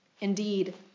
Indeed